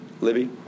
Libby